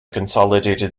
consolidated